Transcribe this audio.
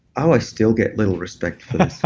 i still get little respect for this